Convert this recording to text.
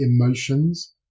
emotions